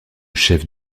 chef